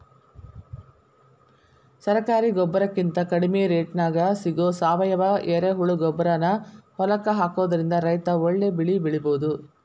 ಸರಕಾರಿ ಗೊಬ್ಬರಕಿಂತ ಕಡಿಮಿ ರೇಟ್ನ್ಯಾಗ್ ಸಿಗೋ ಸಾವಯುವ ಎರೆಹುಳಗೊಬ್ಬರಾನ ಹೊಲಕ್ಕ ಹಾಕೋದ್ರಿಂದ ರೈತ ಒಳ್ಳೆ ಬೆಳಿ ಬೆಳಿಬೊದು